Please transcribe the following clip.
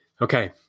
Okay